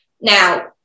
Now